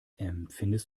empfindest